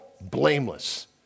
blameless